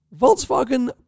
Volkswagen